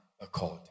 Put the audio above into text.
accord